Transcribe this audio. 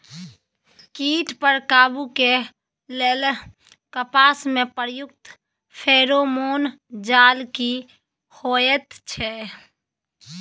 कीट पर काबू के लेल कपास में प्रयुक्त फेरोमोन जाल की होयत छै?